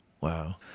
Wow